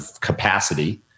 capacity